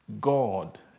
God